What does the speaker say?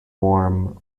warm